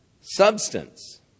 substance